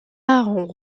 ont